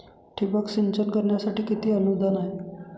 ठिबक सिंचन करण्यासाठी किती अनुदान आहे?